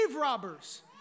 robbers